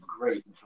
great